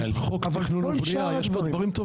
בעיניים.